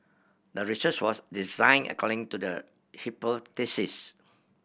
the research was designed according to the hypothesis